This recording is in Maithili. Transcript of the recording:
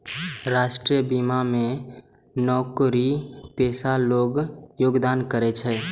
राष्ट्रीय बीमा मे नौकरीपेशा लोग योगदान करै छै